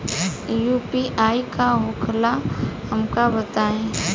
UPI का होखेला हमका बताई?